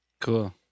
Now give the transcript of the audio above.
Cool